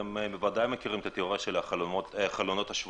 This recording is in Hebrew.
אתם בוודאי מכירים את התיאוריה של "החלונות השבורים".